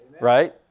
Right